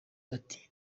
ati